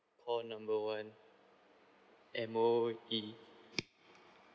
call one M_O_E